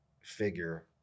figure